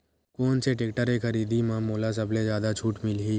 कोन से टेक्टर के खरीदी म मोला सबले जादा छुट मिलही?